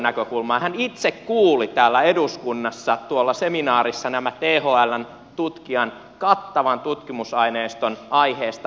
hän itse kuuli täällä eduskunnassa tuolla seminaarissa thln tutkijan kattavan tutkimusaineiston aiheesta